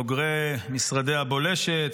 בוגרי משרדי הבולשת,